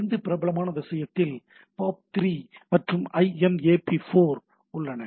இரண்டு பிரபலமான விஷயத்தில் POP3 மற்றும் IMAP4 உள்ளன